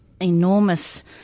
enormous